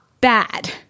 bad